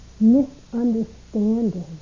misunderstanding